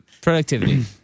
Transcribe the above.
Productivity